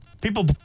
People